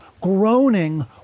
groaning